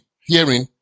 hearing